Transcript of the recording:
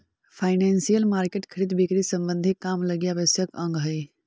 financial market खरीद बिक्री संबंधी काम लगी आवश्यक अंग हई